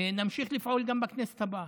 נמשיך לפעול גם בכנסת הבאה.